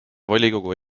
volikogu